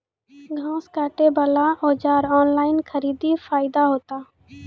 घास काटे बला औजार ऑनलाइन खरीदी फायदा होता?